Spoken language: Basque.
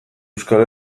euskal